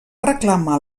reclamar